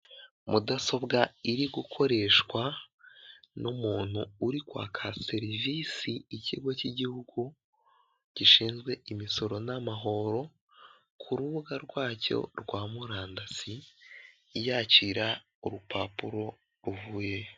Mudasobwa iri gukoreshwa n'umuntu uri kwaka serivisi ikigo cy'igihugu gishinzwe imisoro n'amahoro ku rubuga rwacyo rwa murandasi yakira urupapuro ruvuyeyo.